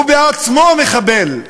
הוא בעצמו מחבל.